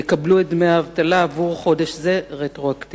יקבלו את דמי האבטלה עבור חודש זה רטרואקטיבית?